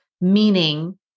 meaning